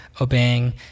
obeying